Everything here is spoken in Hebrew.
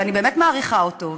ואני באמת מעריכה אותו,